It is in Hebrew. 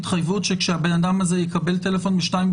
התחייבות שכשהבן אדם הזה יקבל טלפון ב-2:00